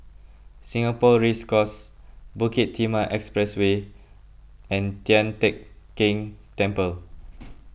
Singapore Race Course Bukit Timah Expressway and Tian Teck Keng Temple